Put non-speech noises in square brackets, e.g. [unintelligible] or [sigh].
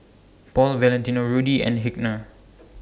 Paul Valentino Rudy and [unintelligible]